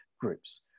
groups